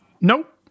Nope